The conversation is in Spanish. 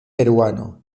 peruano